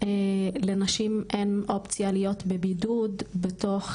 לנשים אין אופציה להיות בבידוד בתוך